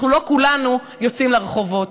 אנחנו לא כולנו יוצאים לרחובות?